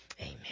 Amen